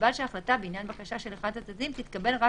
ובלבד שהחלטה בעניין בקשה של אחד הצדדים תתקבל רק